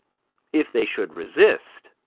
if they should resist,